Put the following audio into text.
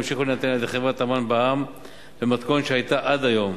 והם ימשיכו להינתן על-ידי חברת "אמן" בע"מ במתכונת שהיתה עד היום.